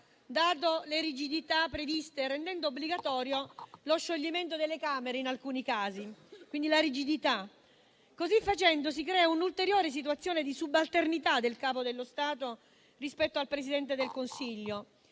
date le rigidità previste, rendendo obbligatorio lo scioglimento delle Camere in alcuni casi. Così facendo si crea un'ulteriore situazione di subalternità del Capo dello Stato rispetto al Presidente del Consiglio,